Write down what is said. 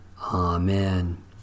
Amen